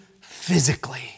Physically